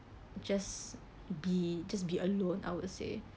just be just be alone I would say